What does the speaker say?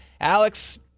Alex